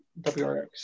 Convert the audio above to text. WRX